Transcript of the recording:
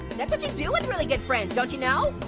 that's what you do with really good friends, don't you know?